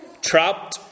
Trapped